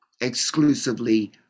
exclusively